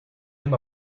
him